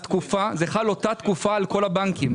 התקופה, אותה תקופה חלה על כל הבנקים?